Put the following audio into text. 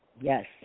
Yes